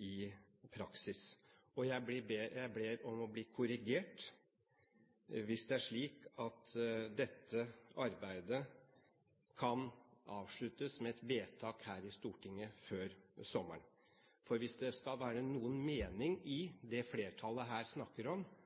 i praksis. Jeg ber om å bli korrigert, men er det slik at dette arbeidet kan avsluttes med et vedtak her i Stortinget før sommeren? Hvis det skal være noe mening i det flertallet her snakker om,